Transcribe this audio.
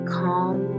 calm